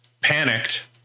panicked